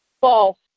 False